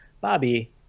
Bobby